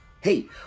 Hey